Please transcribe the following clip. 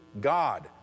God